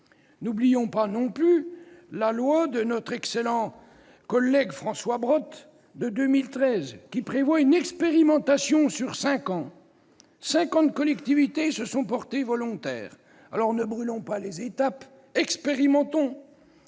N'oublions pas non plus la loi de notre excellent collègue François Brottes de 2013, qui prévoit une expérimentation sur cinq ans ; cinquante collectivités se sont portées volontaires. Aussi, ne brûlons pas les étapes, expérimentons !